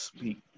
Speak